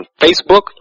Facebook